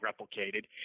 replicated